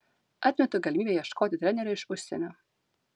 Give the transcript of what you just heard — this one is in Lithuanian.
atmetu galimybę ieškoti trenerio iš užsienio